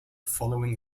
following